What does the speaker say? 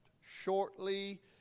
shortly